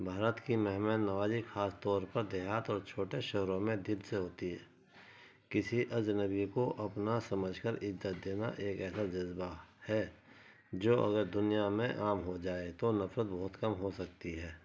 بھارت کی مہمان نوازی خاص طور پر دیہات اور چھوٹے شہروں میں دل سے ہوتی ہے کسی اجنبی کو اپنا سمجھ کر عزت دینا ایک ایسا جذبہ ہے جو اگر دنیا میں عام ہو جائے تو نفرت بہت کم ہو سکتی ہے